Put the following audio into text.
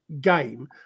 game